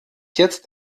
jetzt